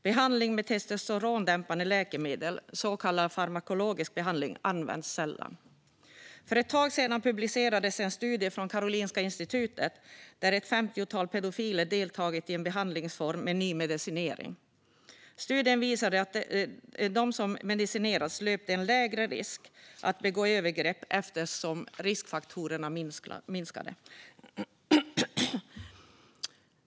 Behandling med testosterondämpande läkemedel, så kallad farmakologisk behandling, används sällan. För ett tag sedan publicerades en studie från Karolinska institutet där ett femtiotal pedofiler deltagit i en behandlingsform med ny medicinering. Studien visade att de som medicinerades löpte en lägre risk att begå övergrepp eftersom riskfaktorerna minskade.